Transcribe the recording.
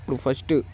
first